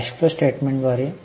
cash flow स्टेटमेंटद्वारे